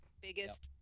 Biggest